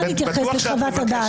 רוצה להתייחס לחוות-הדעת.